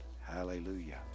Hallelujah